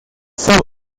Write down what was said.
some